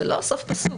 זה לא סוף פסוק,